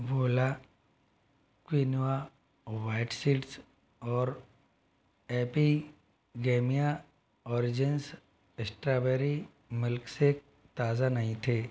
वोला quinoa white seeds और Epigamia origins strawberry milkshake ताज़ा नहीं थे